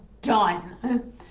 done